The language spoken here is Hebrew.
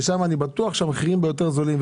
ששם אני בטוח שהמחירים בה יותר זולים,